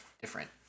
Different